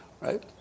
Right